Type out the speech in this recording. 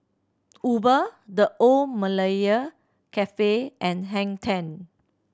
mUber The Old Malaya Cafe and Hang Ten